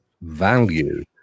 value